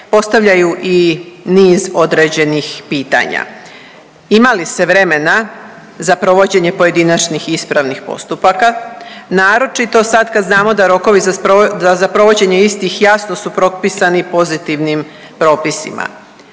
postavljaju i niz određenih pitanja. Ima li se vremena za provođenje pojedinačnih ispravnih postupaka, naročito sad kad znamo za rokovi za provođenje istih jasno su propisani pozitivnim propisima.